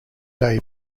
day